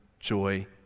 joy